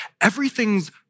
everything's